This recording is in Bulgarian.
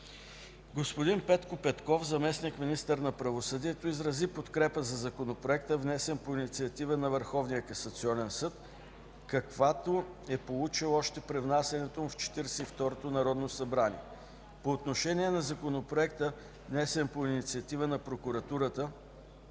Господин Петко Петков – заместник-министър на правосъдието, изрази подкрепа за законопроекта, внесен по инициатива на Върховния касационен съд, каквато е получил още при внасянето му в 42-то Народно събрание. По отношение на законопроекта, внесен по инициатива на прокуратурата,